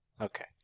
Okay